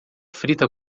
frita